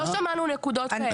לא שמענו נקודות כאלה.